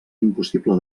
impossible